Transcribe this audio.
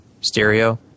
stereo